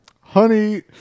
honey